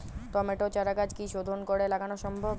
টমেটোর চারাগাছ কি শোধন করে লাগানো সম্ভব?